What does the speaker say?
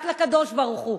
רק לקדוש-ברוך-הוא.